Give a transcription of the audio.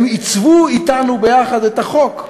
הם עיצבו אתנו ביחד את החוק.